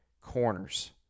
corners